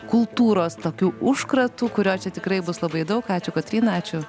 kultūros tokiu užkratu kurio čia tikrai bus labai daug ačiū kotryna ačiū